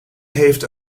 heeft